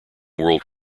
world